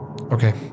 Okay